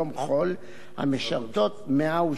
המשרתות 102 יישובים.